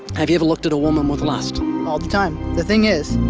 have you ever looked at a woman with lust? all the time. the thing is,